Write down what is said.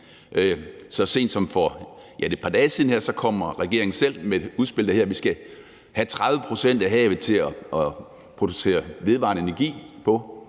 Så sent som for et par dage siden kom regeringen selv med et udspil om, at vi skal have 30 pct. af havet til at producere vedvarende energi på.